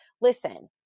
listen